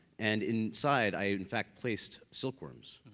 and inside i in fact placed silkworms.